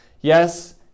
yes